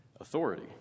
authority